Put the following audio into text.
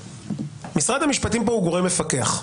משרד המשפטים פה הוא גורם מפקח,